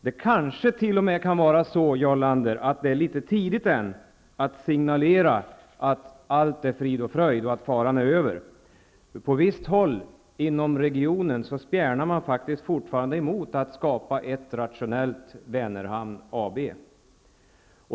Det kanske t.o.m., Jarl Lander, ännu är litet för tidigt att signalera att allt är frid och fröjd och att faran är över. På vissa håll inom regionen spjärnar man fortfarande emot att skapa ett rationellt Vänerhamn AB.